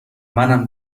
منم